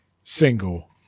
single